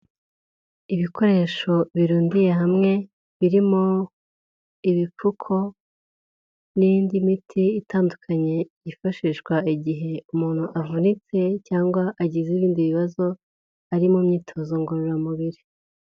Ibikoresho birundiye hamwe, birimo ibipfuko, n'indi miti itandukanye yifashishwa igihe umuntu avunitse cyangwa agize ibindi bibazo, ari mu myitozo ngororamubiri.